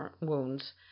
wounds